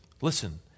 Listen